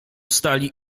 stali